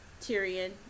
Tyrion